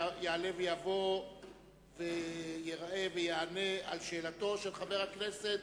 יעלה ויבוא וייראה ויענה על שאלתו של חבר הכנסת,